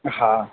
हा